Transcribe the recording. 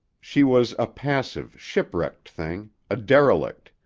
she was a passive, shipwrecked thing a derelict.